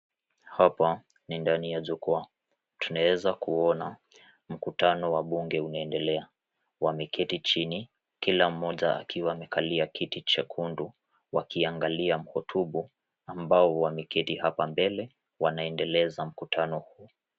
Hapa ni ndani ya jukwaa tunaeza kuona mkutano wa bunge unaendelea wameketi chini kila mmoja akiwa amekalia kiti chekundu wakiangalia mhutubu ambao wameketi hapa mbele wanaendeleza mkutano huu